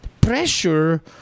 pressure